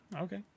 Okay